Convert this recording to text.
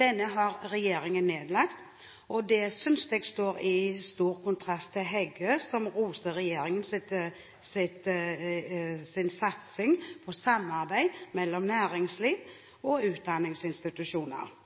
Denne har regjeringen nedlagt. Det synes jeg står i stor kontrast til det representanten Heggø sier, som roser regjeringens satsing på samarbeid mellom næringsliv og utdanningsinstitusjoner.